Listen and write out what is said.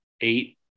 eight